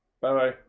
Bye-bye